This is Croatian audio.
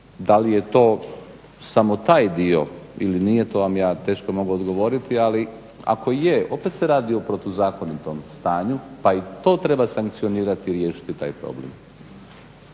Da li je to samo taj dio ili nije to vam ja teško mogu odgovoriti ali ako je opet se radi o protuzakonitom stanju pa i to treba sankcionirati i riješiti taj problem.